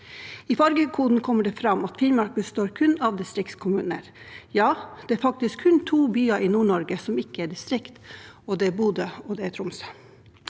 fargekoden kommer det fram at Finnmark kun består av distriktskommuner. Det er faktisk kun to byer i Nord-Norge som ikke er distrikt, og det er Bodø og Tromsø.